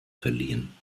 verliehen